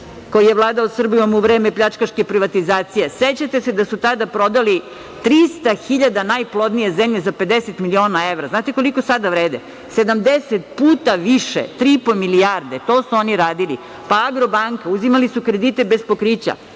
koji je vladao Srbijom u vreme pljačkaške privatizacije. Sećate se da su tada prodali 300 hiljada najplodnije zemlje za 50 miliona evra. Znate li koliko sada vrede? Vrede 70 puta više, tri i po milijarde. To su oni radili. Pa Agrobanka, uzimali su kredite bez pokrića,